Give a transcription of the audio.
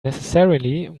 necessarily